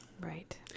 Right